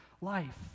life